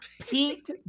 pete